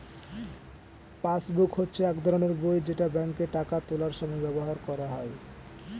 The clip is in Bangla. পাসবুক হচ্ছে এক ধরনের বই যেটা ব্যাংকে টাকা তোলার সময় ব্যবহার করা হয়